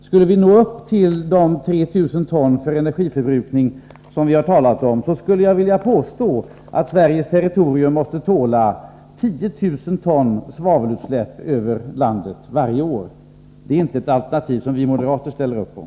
Om vi når de 3 000 ton för energiförbrukning som vi talat om, skulle jag vilja påstå att Sveriges territorium måste tåla 10 000 ton svavelutsläpp över landet varje år. Det är inte ett alternativ som vi moderater ställer upp för.